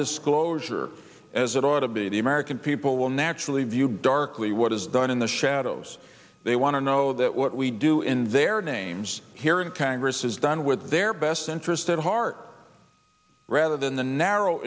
disclosure as it ought to be the american people will naturally view darkly what is done in the shadows they want to know that what we do in their names here in congress is done with their best interests at heart rather than the narrow